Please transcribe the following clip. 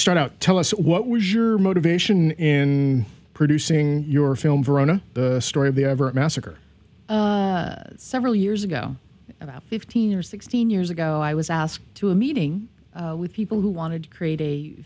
start out tell us what was your motivation in producing your film verona the story of the ever massacre several years ago about fifteen or sixteen years ago i was asked to a meeting with people who wanted to create a